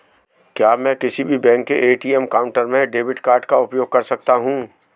क्या मैं किसी भी बैंक के ए.टी.एम काउंटर में डेबिट कार्ड का उपयोग कर सकता हूं?